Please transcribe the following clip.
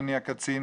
אדוני הקצין,